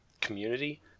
community